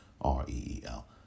R-E-E-L